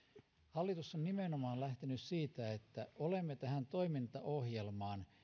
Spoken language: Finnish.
hallitus on nimenomaan lähtenyt siitä että olemme tähän toimintaohjelmaan